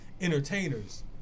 entertainers